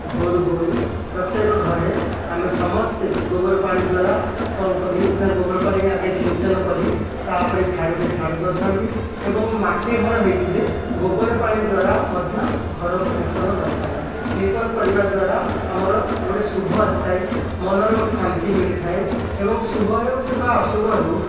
ଭୋର୍ରୁ ଭୋର୍ରୁ ପ୍ରତ୍ୟେକ ଘରେ ଆମେ ସମସ୍ତେ ଗୋବରପାଣି ଦ୍ଵାରା କ'ଣ କରି ନା ଗୋବରପାଣି ଆଗେ ସିଞ୍ଚନ କରି ତା' ଉପରେ ଝାଡ଼ୁରେ ଝାଡ଼ୁ କରିଥାନ୍ତି ଏବଂ ମାଟି ଘର ହୋଇଥିଲେ ଗୋବର ପାଣି ଦ୍ଵାରା ମଧ୍ୟ ଘରକୁ ଲେପନ କରିଥାନ୍ତି ଲେପନ କରିବା ଦ୍ଵାରା ଆମର ଗୋଟିଏ ଶୁଭ ଆସିଥାଏ ମନରେ ଗୋଟିଏ ଶାନ୍ତି ମିଳିଥାଏ ଏବଂ ଶୁଭ ହେଉ କିମ୍ବା ଅଶୁଭ ହେଉ